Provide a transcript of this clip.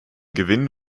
gewinn